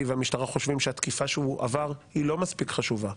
והמשטרה חושבים שהתקיפה שהוא עבר היא לא מספיק חשובה.